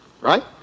Right